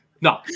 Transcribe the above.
No